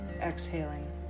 exhaling